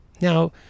Now